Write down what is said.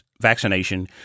vaccination